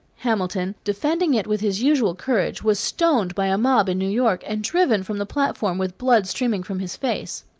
hamilton, defending it with his usual courage, was stoned by a mob in new york and driven from the platform with blood streaming from his face.